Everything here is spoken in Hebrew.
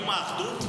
נאום האחדות?